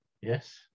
Yes